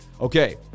Okay